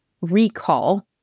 recall